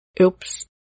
oops